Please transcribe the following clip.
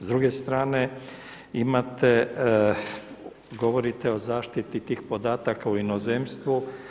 S druge strane, imate, govorite o zaštiti tih podataka u inozemstvu.